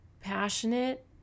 passionate